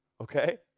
okay